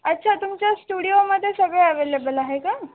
अच्छा तुमच्या स्टुडिओमध्ये सगळं अवेलेबल आहे का